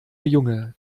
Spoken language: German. junge